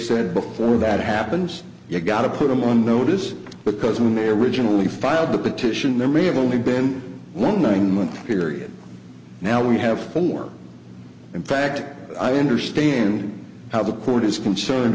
said before that happens you've got to put them on notice because we may originally filed the petition there may have only been one nine month period now we have four in fact i understand how the court is concerned